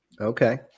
Okay